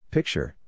Picture